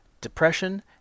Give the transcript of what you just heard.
depression